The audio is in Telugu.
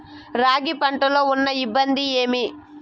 రాగి పంటలో ఉన్న ఇబ్బంది ఏమి?